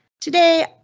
Today